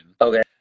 okay